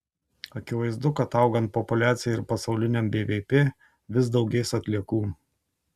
akivaizdu kad augant populiacijai ir pasauliniam bvp vis daugės atliekų